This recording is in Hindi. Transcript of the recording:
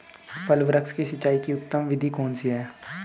फल वृक्ष की सिंचाई की उत्तम विधि कौन सी है?